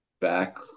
back